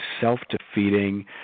self-defeating